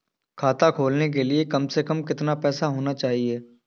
खाता खोलने के लिए कम से कम कितना पैसा होना चाहिए?